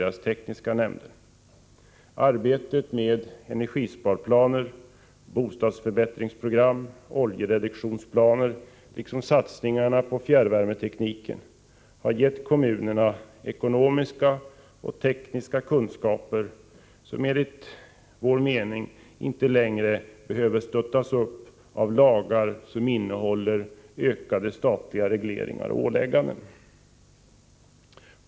Arbetet med energisparplaner, bostadsförbättringsprogram och oljereduktionsplaner liksom satsningarna på fjärrvärmetekniken har givit kommunerna ekonomiska och tekniska kunskaper, som enligt vår mening inte längre behöver stöttas upp med lagar med statliga regleringar och ålägganden.